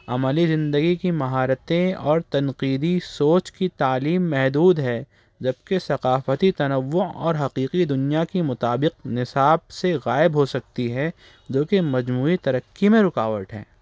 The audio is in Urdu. عملی زندگی کی مہارتیں اور تنقیدی سوچ کی تعلیم محدود ہے جب کہ ثقافتی تنوع اور حقیقی دنیا کے مطابق نصاب سے غائب ہو سکتی ہے جو کہ مجموعی ترقی میں رکاوٹ ہے